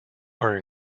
are